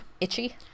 Itchy